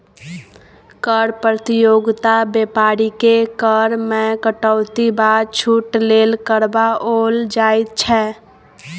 कर प्रतियोगिता बेपारीकेँ कर मे कटौती वा छूट लेल करबाओल जाइत छै